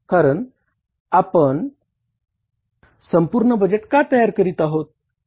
कारण आपण संपूर्ण बजेट का तयार करत आहोत